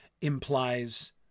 implies